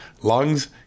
lungs